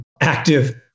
active